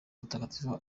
mutagatifu